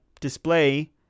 display